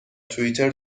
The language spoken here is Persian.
توئیتر